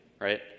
Right